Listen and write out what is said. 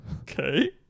Okay